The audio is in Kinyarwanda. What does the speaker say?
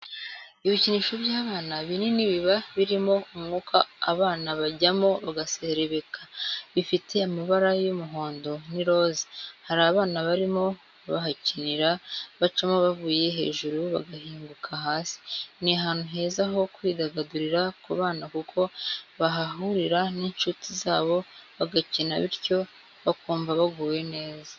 Ibikinisho by'abana binini biba birimo umwuka abana bajyamo bagaserebeka, bifite amabara y'umuhondo n'iroza, hari abana barimo bahakinira bacamo bavuye hejuru bagahinguka hasi ni ahantu heza ho kwidagadurira ku bana kuko bahahurira n'inshuti zabo bagakina bityo bakumva baguwe neza.